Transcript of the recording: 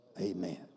Amen